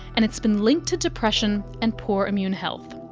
and it's been linked to depression and poor immune health.